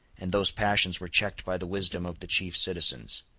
and those passions were checked by the wisdom of the chief citizens.